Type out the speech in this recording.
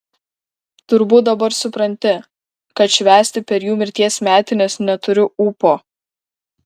turbūt dabar supranti kad švęsti per jų mirties metines neturiu ūpo